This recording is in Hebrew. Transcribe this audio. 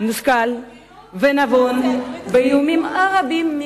מושכל ונבון באיומים, מה, ברית הזוגיות?